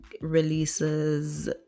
releases